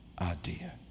idea